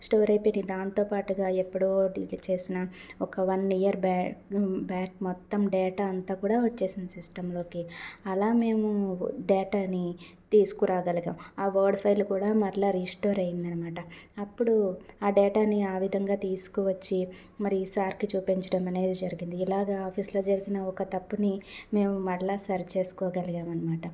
store అయిపోయినాయి దాంతోపాటుగా ఎప్పుడో డిలీట్ చేసినా ఒక వన్ ఇయర్ బ్యా బ్యాక్ మొత్తం డేటా అంతా కూడా వచ్చేసింది సిస్టంలోకి అలా మేము డేటాని తీసుకు రాగలిగాం ఆ వర్డ్ ఫైల్ కూడా మరల రీస్టోర్ అయిందన్మాట అప్పుడు ఆ డేటాని ఆ విధంగా తీసుకువచ్చి మరి సార్కి చూపించడం అనేది జరిగింది ఇలాగా ఆఫీస్లో జరిగిన ఒక తప్పుని మేము మరలా సరిచేసుకోగలిగామన్మాట